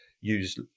use